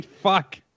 Fuck